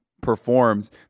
performs